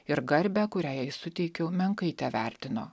ir garbę kurią jai suteikiau menkai tevertino